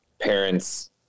parents